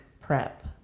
prep